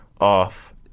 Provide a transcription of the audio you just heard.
off